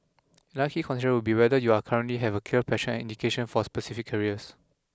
another key consideration would be whether you are currently have a clear passion and indication for specific careers